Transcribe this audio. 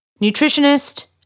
nutritionist